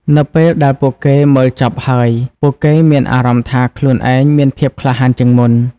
នៅពេលដែលពួកគេមើលចប់ហើយ ពួកគេមានអារម្មណ៍ថាខ្លួនឯងមានភាពក្លាហានជាងមុន។